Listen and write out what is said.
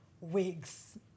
wigs